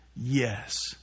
yes